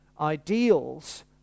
ideals